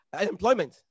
employment